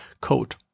code